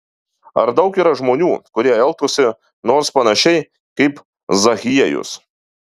ar daug yra žmonių kurie elgtųsi nors panašiai kaip zachiejus